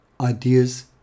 Ideas